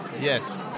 Yes